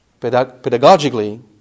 Pedagogically